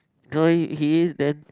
he is then